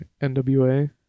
NWA